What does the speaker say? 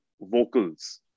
vocals